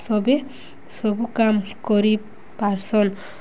ସବେ ସବୁ କାମ କରି ପାର୍ସନ୍